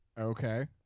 Okay